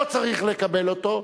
לא צריך לקבל אותו,